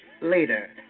later